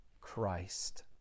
Christ